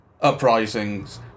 uprisings